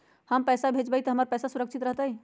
हम पैसा भेजबई तो हमर पैसा सुरक्षित रहतई?